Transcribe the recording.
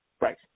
Right